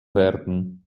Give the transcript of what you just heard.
werden